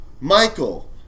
Michael